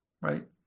Right